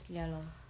ya lor